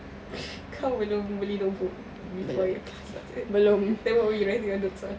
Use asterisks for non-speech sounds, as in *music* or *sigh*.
*laughs* kau belum beli notebook for each subjects then what were you writing notes on